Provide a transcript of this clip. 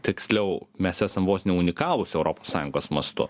tiksliau mes esam vos ne unikalūs europos sąjungos mastu